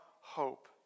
hope